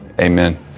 Amen